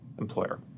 employer